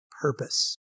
purpose